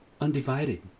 undivided